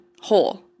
whole